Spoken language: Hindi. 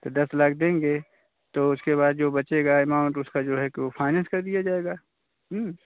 तो दस लाख देंगे तो उसके बाद जो बचेगा एमाउंट उसका जो है कि वो फाइनेंस कर दिया जाएगा